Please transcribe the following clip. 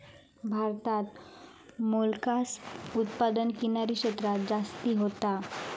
भारतात मोलस्कास उत्पादन किनारी क्षेत्रांत जास्ती होता